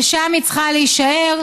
ושם היא צריכה להישאר.